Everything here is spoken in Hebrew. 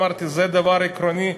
אמרתי: זה דבר עקרוני,